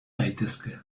daitezke